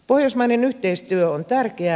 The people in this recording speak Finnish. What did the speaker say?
pohjoismainen yhteistyö on tärkeää